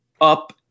up